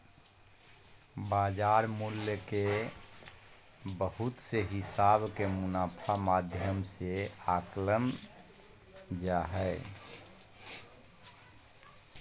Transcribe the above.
बाजार मूल्य के बहुत से हिसाब के मुनाफा माध्यम से आंकल जा हय